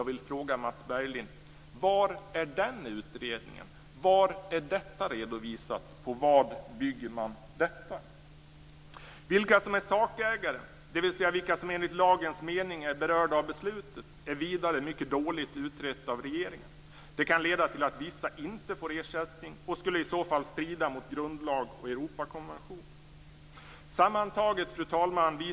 Vilka som är sakägare, dvs. vilka som enligt lagens mening är berörda av beslutet, är mycket dåligt utrett av regeringen. Det kan leda till att vissa inte får ersättning och skulle i så fall strida mot både grundlag och Europakonvention. Fru talman!